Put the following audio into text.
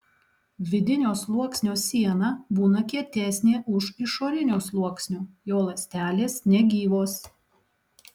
vidinio sluoksnio siena būna kietesnė už išorinio sluoksnio jo ląstelės negyvos